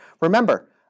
Remember